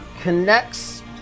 connects